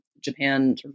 Japan